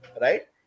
Right